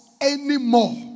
anymore